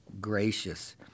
gracious